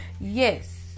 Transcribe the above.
Yes